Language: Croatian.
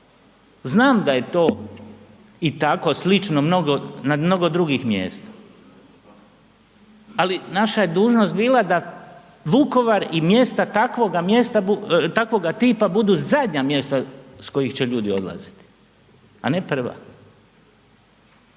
Znam da je to i tako slično na mnogo drugih mjesta. Ali, naša je dužnost bila da Vukovar i mjesta takvog tipa budu zadnja mjesta s kojih će ljudi odlaziti, a ne prva.